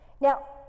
Now